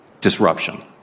disruption